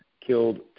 killed